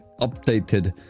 updated